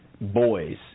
boys